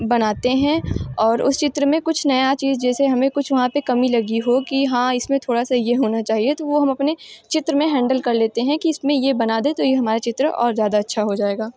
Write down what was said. बनाते हैं और उस चित्र में कुछ नई चीज़ जैसे हमें कुछ वहाँ पर कमी लगी हो कि हाँ इस में थोड़ा सा ये होना चाहिए तो वो हम अपने चित्र में हैंडल कर लेते हैं कि इस में ये बना दें तो ये हमारे चित्र और ज़्यादा अच्छा हो जाएगा